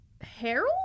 Harold